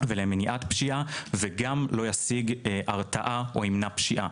ולמניעת פשיעה, וגם לא ישיג הרתעה ולא ימנע פשיעה.